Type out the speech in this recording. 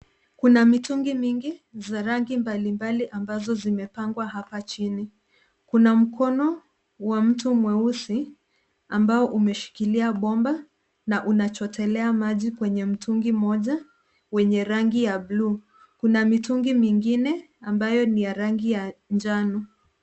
Kuna mitungi mingi za rangi mbalimbali ambazo zimepangwa hapa chini. Kuna mkono wa mtu mweusi ambao umeshikilia bomba na unachotelea maji kwenye mtungi mmoja wenye rangi ya blue. Kuna mitungi mingine ambayo ni ya rangi ya njano.